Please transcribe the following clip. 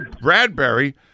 Bradbury